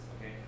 okay